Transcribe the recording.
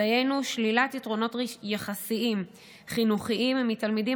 דהיינו שלילת יתרונות יחסיים חינוכיים מתלמידים